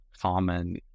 common